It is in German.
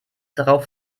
darauf